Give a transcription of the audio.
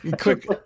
quick